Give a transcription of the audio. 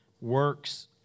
works